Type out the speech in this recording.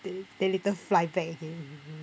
then then later fly back again